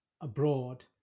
abroad